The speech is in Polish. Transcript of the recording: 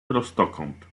prostokąt